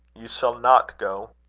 you shall not go,